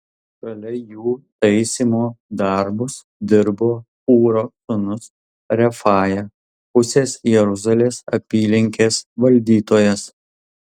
šalia jų taisymo darbus dirbo hūro sūnus refaja pusės jeruzalės apylinkės valdytojas